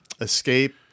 escape